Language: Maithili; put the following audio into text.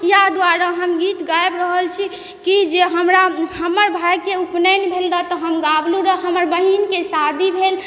इएह दुआरे हम गीत गाबि रहल छी कि जे हमरा हमर भाइके उपनयन भेल रह तऽ हम गाबलहुँ रहऽ हमर बहिनके शादी भेल